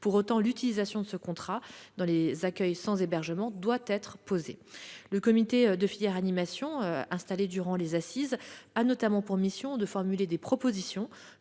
question de l'utilisation de ce contrat dans les accueils sans hébergement doit être posée. Le comité de filière Animation, installé durant les assises, a notamment pour mission de formuler des propositions